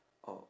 orh